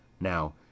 Now